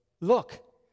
look